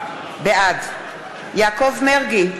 בעד יעקב מרגי,